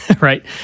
Right